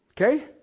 Okay